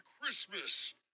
Christmas